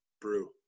brew